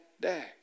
day